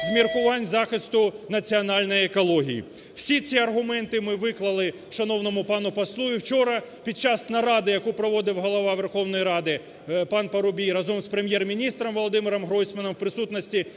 міркувань захисту національної екології. Всі аргументи ми виклали шановному пану послу, і вчора під час наради, яку проводив Голова Верховної Ради пан Парубій разом з Прем'єр-міністром Володимиром Гройсманом у присутності